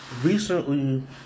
recently